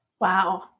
Wow